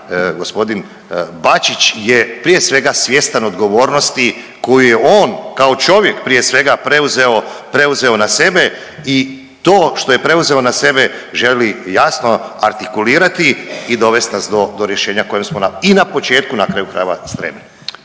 g. Bačić je prije svega svjestan odgovornosti koju je on kao čovjek prije svega preuzeo na sebe i to što je preuzeo na sebe želi jasno artikulirati i dovest na s do rješenja na kojem smo i na početku i na kraju krajeva stremili.